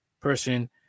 person